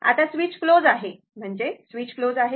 आता switch close आहे म्हणजे स्विच क्लोज आहे